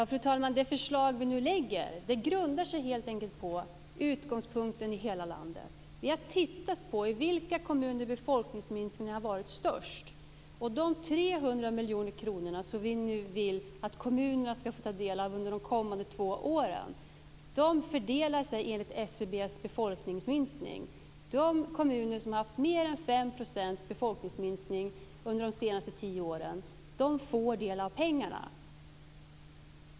Fru talman! Det förslag vi nu lägger fram tar helt enkelt sin utgångspunkt i hela landet. Vi har tittat på i vilka kommuner befolkningsminskningen har varit störst. De 300 miljoner kronor som vi nu vill att kommunerna ska få ta del av under de kommande två åren fördelas enligt SCB:s uppgifter om befolkningsminskningen. De kommuner som har haft en befolkningsminskning på mer än 5 % under de senaste tio åren får del av pengarna.